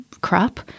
crap